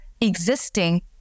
existing